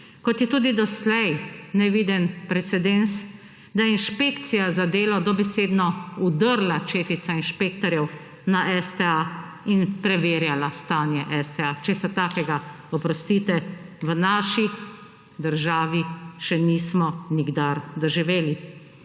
Kot je tudi doslej neviden presedan, da inšpekcija za delo dobesedno vdrla četica inšpektorjev na STA in preverjala stanje STA. Česa takega, oprostite, v napi državi še nismo nikdar doživeli.